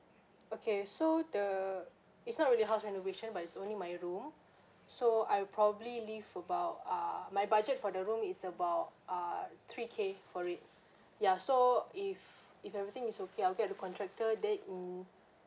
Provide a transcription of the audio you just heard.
okay so the it's not really a house renovation but it's only my room so I'll probably leave about ah my budget for the room is about ah three K for it ya so if if everything is okay I'll get the contractor then in